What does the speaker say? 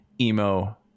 emo